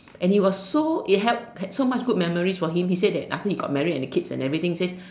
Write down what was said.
and he was so it help that so much good memories for him he say that after he got married and the kids and everything he say